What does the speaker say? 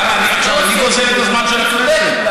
למה, אני גוזל את הזמן של הכנסת?